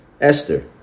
Esther